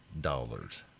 dollars